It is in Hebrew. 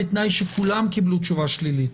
בתנאי שכולם קיבלו תשובה שלילית.